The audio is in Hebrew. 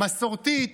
מסורתית,